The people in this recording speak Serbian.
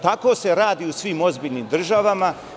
Tako se radi u svim ozbiljnim državama.